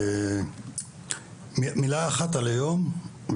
מילה אחת על היום,